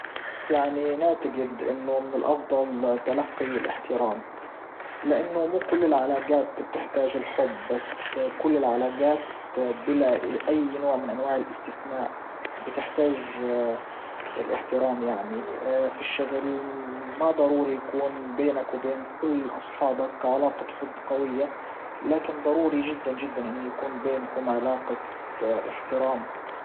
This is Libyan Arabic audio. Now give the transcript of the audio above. يعني نعتجد انه من الافضل تلقي الاحترام لانه مو كل العلاجات بتحتاج الحب بس كل العلاجات بلا اي نوع من انواع الاستثناء بتحتاج الاحترام يعني في الشغل ما ضروري يكون بينك وبين كل اصحابك علاقة حب قوية لكن ضروري جدا جدا انه يكون بينكم علاقة احترام.